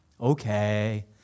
okay